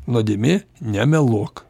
nuodėmė nemeluok